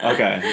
Okay